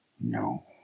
No